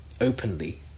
openly